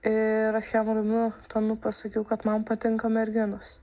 ir aš jam ramiu tonu pasakiau kad man patinka merginos